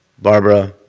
barbara,